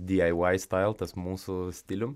di ai vai stail tas mūsų stilium